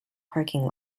parking